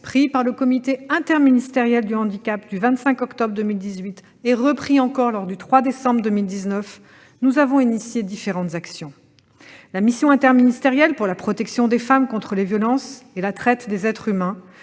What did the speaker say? pris par le comité interministériel du handicap, le 25 octobre 2018, et confirmés le 3 décembre 2019, nous avons lancé différentes actions. La mission interministérielle pour la protection des femmes contre les violences et la traite des êtres humains,